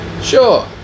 Sure